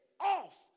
off